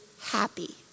happy